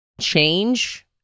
change